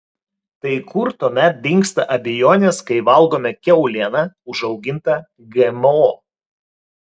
tai kur tuomet dingsta abejonės kai valgome kiaulieną užaugintą gmo